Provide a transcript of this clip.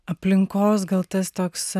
aplinkos gal tas toks